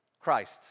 Christ